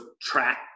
track